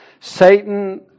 Satan